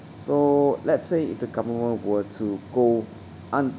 so let's say if the government were to go un~